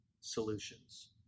solutions